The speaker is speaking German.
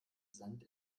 sand